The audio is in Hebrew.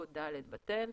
או (ד) בטל".